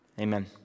Amen